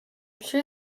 sure